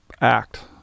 act